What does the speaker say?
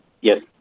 yes